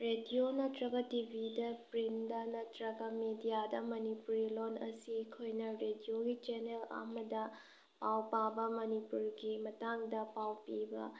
radio ꯅꯠꯇ꯭ꯔꯒ ꯇꯤꯚꯤꯗ ꯄ꯭ꯔꯤꯟꯗ ꯅꯠꯇ꯭ꯔꯒ ꯃꯦꯗꯤꯌꯥꯗ ꯃꯅꯤꯄꯨꯔꯤ ꯂꯣꯟ ꯑꯁꯤ ꯑꯩꯈꯣꯏꯅ ꯔꯦꯗꯤꯌꯣꯒꯤ ꯆꯦꯅꯦꯜ ꯑꯃꯗ ꯄꯥꯎ ꯄꯥꯕ ꯃꯅꯤꯄꯨꯔꯒ ꯃꯇꯥꯡꯗ ꯄꯥꯎ ꯄꯤꯕ